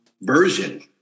version